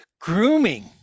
Grooming